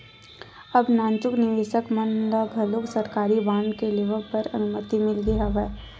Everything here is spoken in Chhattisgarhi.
अब नानचुक निवेसक मन ल घलोक सरकारी बांड के लेवब बर अनुमति मिल गे हवय